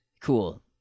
cool